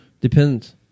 Depends